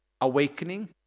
awakening